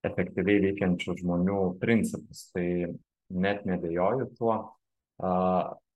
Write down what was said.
efektyviai veikiančių žmonių principus tai net neabejoju tuo